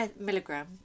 milligram